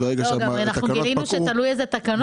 גילינו שתלוי איזה תקנות.